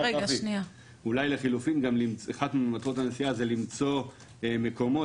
אולי לחילופין גם אחת ממטרות הנסיעה היא למצוא מקומות